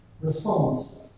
response